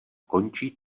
končí